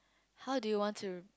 how do you want to